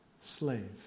slave